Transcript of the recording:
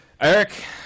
Eric